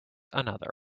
another